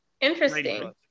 Interesting